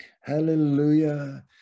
hallelujah